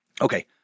Okay